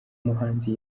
muhanzi